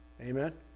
Amen